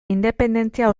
independentzia